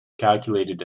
calculated